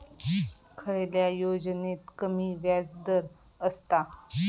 खयल्या योजनेत कमी व्याजदर असता?